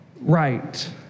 right